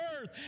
earth